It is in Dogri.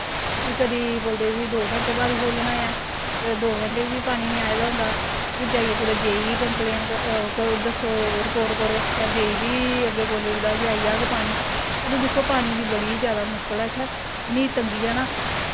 फिर कदें बोलदे कि दो घैंटें बाद खो'ल्लना ऐ दो घैंटें ई बी पानी निं आये दा होंदा ते जाइयै कुदै जे ई गी कम्पलेन दस्सो रपोट करो ते जे ई बी अग्गें बोली ओड़दा कि आई जाह्ग पानी ते दिक्खो पानी दी बड़ी गै जादा मुश्कल ऐ इ'त्थें इ'न्नी तंगी ऐ ना